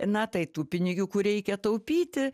na tai tų pinigiukų reikia taupyti